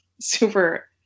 super